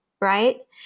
right